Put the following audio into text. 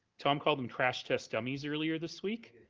tom called them trash test dummies earlier this week,